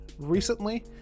Recently